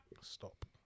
stop